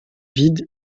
vide